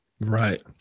Right